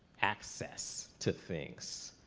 access to things.